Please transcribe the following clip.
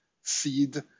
seed